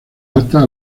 altas